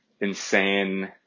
insane